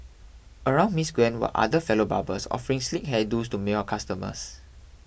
around Miss Gwen were other fellow barbers offering sleek hair do's to male customers